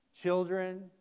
Children